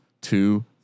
two